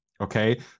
okay